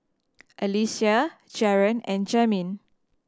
Alysia Jaron and Jamin